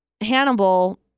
Hannibal